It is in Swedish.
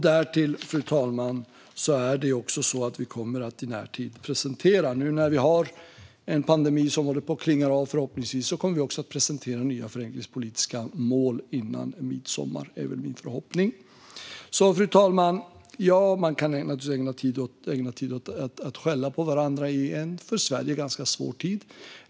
Därtill, fru talman, kommer vi i närtid, nu när pandemin förhoppningsvis håller på att klinga av, att presentera nya förenklingspolitiska mål - före midsommar, är min förhoppning. Fru talman! Man kan naturligtvis ägna tid åt att skälla på varandra i en för Sverige ganska svår tid.